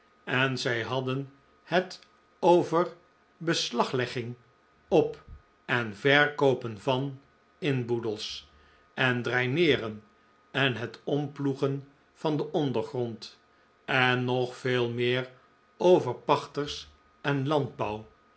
en zij hadden het over beslaglegging op en verkoopen van inboedels en draineeren en het omploegen van den ondergrond en nog veel meer over pachters en landbouw